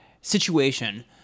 situation